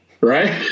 right